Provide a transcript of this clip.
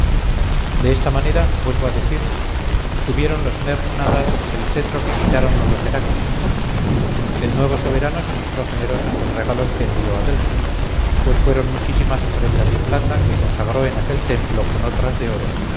de esta manera vuelvo a decir tuvieron los mermnadas el cetro que quitaron a los heráclidas el nuevo soberano se mostró generoso en los regalos que envió a delfos pues fueron muchísimas ofrendas de plata que consagró en aquel templo con otras de oro